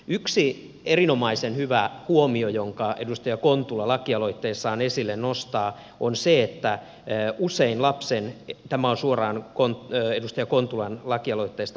yksi erinomaisen hyvä huomio jonka edustaja kontula lakialoitteessaan esille nostaa tämä on suora lainaus edustaja kontulan lakialoitteesta on